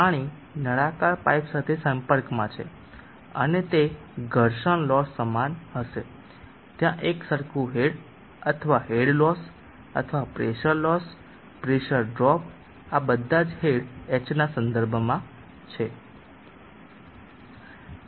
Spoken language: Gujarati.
પાણી નળાકાર પાઇપ સાથે સંપર્કમાં છે અને તે ઘર્ષણ લોસ સમાન હશે ત્યાં એક સરખું હેડ અથવા હેડ લોસ અથવા પ્રેસર લોસ પ્રેશર ડ્રોપ આ બધાજ હેડ h ના સંદર્ભ માં છે